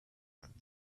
not